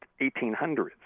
1800s